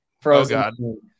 Frozen